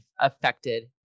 affected